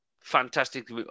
fantastic